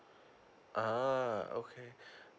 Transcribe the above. uh okay